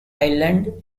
island